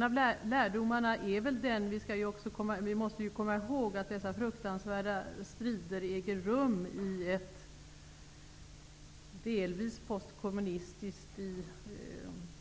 Fru talman! Vi måste komma ihåg att dessa fruktansvärda strider äger rum i ett delvis postkommunistiskt